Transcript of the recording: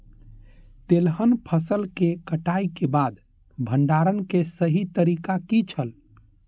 तेलहन फसल के कटाई के बाद भंडारण के सही तरीका की छल?